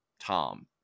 Tom